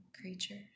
creatures